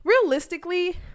realistically